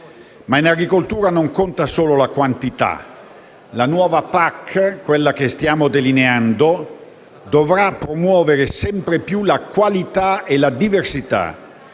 Ma in agricoltura non conta solo la quantità. La nuova PAC, quella che stiamo delineando, dovrà promuovere sempre più la qualità e la diversità,